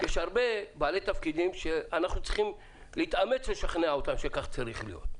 יש הרבה בעלי תפקידים שאנחנו צריכים להתאמץ לשכנע אותם שכך צריך להיות.